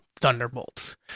Thunderbolts